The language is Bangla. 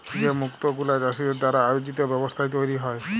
যে মুক্ত গুলা চাষীদের দ্বারা আয়জিত ব্যবস্থায় তৈরী হ্যয়